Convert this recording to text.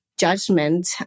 judgment